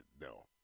no